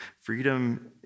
Freedom